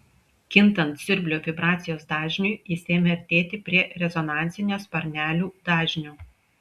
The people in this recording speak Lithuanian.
kintant siurblio vibracijos dažniui jis ėmė artėti prie rezonansinio sparnelių dažnio